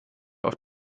auf